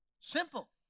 Simple